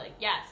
Yes